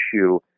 issue